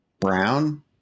Brown